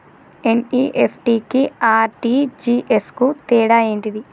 NEFT కి RTGS కు తేడా ఏంటిది?